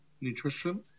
Nutrition